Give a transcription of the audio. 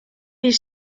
bir